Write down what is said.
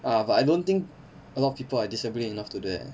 ya but I don't think a lot of people are disciplined enough to do that